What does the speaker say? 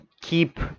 keep